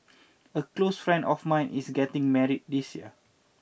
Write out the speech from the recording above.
a close friend of mine is getting married this year